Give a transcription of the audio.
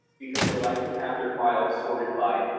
because they like to have their files sorted by